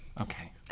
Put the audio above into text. Okay